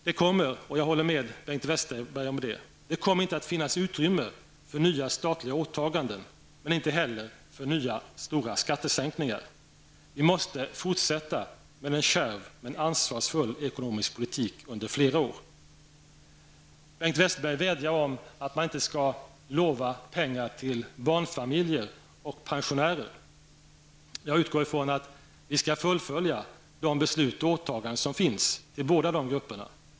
Det kommer -- jag håller med Bengt Westerberg om det -- inte att finnas utrymmen för nya statliga åtaganden, men inte heller för nya stora skattesänkningar. Vi måste fortsätta med en kärv men ansvarsfull ekonomisk politik under flera år. Bengt Westerberg vädjade om att man inte skall lova pengar till barnfamiljer och pensionärer. Jag utgår från att vi skall fullfölja de beslut och åtaganden som finns till båda de grupperna.